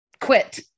quit